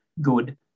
good